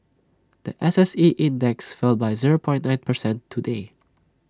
The S S E index fell by zero nine percent today